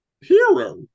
hero